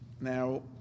Now